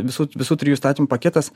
visų visų trijų įstatymų paketas